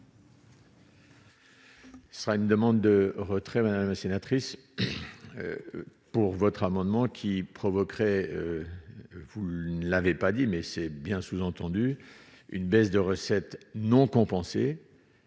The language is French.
Ce sera une demande de retrait, madame la sénatrice pour votre amendement qui provoquerait vous l'avait pas dit mais c'est bien sous-entendu une baisse de recettes non compensés